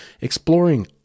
exploring